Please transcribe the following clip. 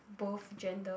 both gender